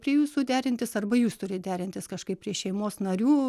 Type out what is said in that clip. prie jūsų derintis arba jūs turit derintis kažkaip prie šeimos narių